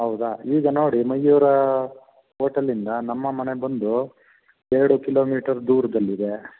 ಹೌದಾ ಈಗ ನೋಡಿ ಮಯೂರ ಹೋಟೆಲಿಂದ ನಮ್ಮ ಮನೆ ಬಂದೂ ಎರಡು ಕಿಲೋಮೀಟರ್ ದೂರದಲ್ಲಿದೆ